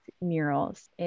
murals